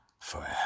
Forever